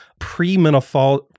premenopausal